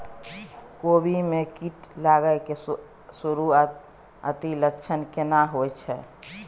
कोबी में कीट लागय के सुरूआती लक्षण केना होय छै